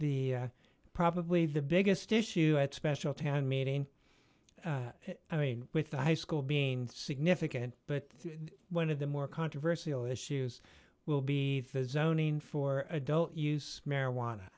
the probably the biggest issue at special town meeting i mean with the high school being significant but one of the more controversial issues will be zoning for adult use marijuana